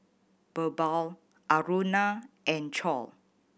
Birbal Aruna and Choor